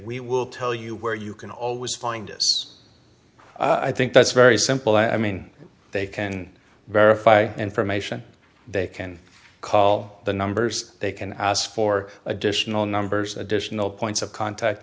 we will tell you where you can always find us i think that's very simple i mean they can verify information they can call the numbers they can ask for additional numbers additional points of contact